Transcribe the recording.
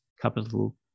capital